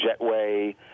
jetway